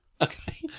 Okay